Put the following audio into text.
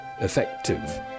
effective